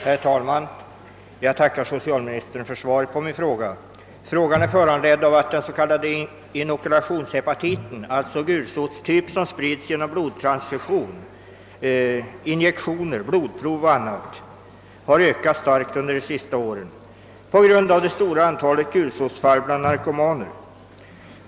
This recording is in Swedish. Herr talman! Jag tackar socialministern för svaret på min fråga. Den är föranledd av att den s.k. inokulationshepatiten, alltså den gulsotstyp som sprids genom blodtransfusion, injektioner, blodprov m.m. har ökat starkt under de sista åren på grund av det stora antalet gulsotsfall bland narkomaner.